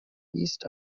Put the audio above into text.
east